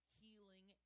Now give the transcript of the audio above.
healing